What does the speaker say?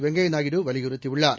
வெங்கைய நாயுடு வலியுறுத்தியுள்ளார்